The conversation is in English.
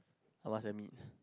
I must admit